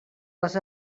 les